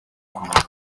kumenya